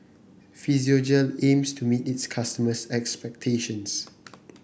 physiogel aims to meet its customers' expectations